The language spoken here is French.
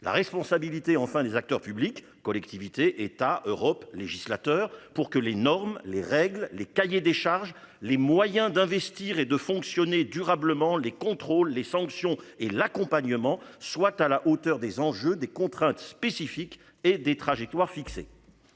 La responsabilité, enfin des acteurs publics, collectivités, État, Europe législateur pour que les normes les règles, les cahiers des charges, les moyens d'investir et de fonctionner durablement les contrôles, les sanctions et l'accompagnement soit à la hauteur des enjeux, des contraintes spécifiques et des trajectoires.